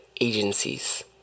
agencies